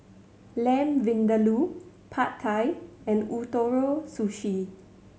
Lamb Vindaloo Pad Thai and Ootoro Sushi